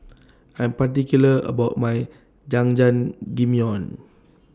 I Am particular about My Jajangmyeon